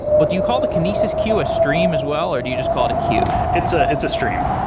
but do you call the kinesis queue a stream as well or do you just call it a queue? it's ah it's a stream.